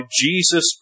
Jesus